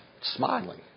smiling